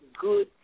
Good